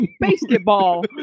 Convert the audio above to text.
basketball